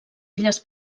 illes